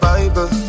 Bible